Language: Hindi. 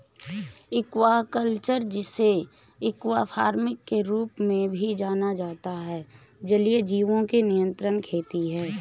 एक्वाकल्चर, जिसे एक्वा फार्मिंग के रूप में भी जाना जाता है, जलीय जीवों की नियंत्रित खेती है